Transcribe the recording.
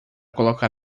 colocar